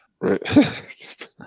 Right